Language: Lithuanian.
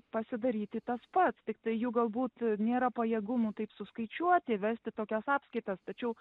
pasidaryti tas pats tiktai jų galbūt nėra pajėgumų taip suskaičiuoti vesti tokias apskaitas tačiau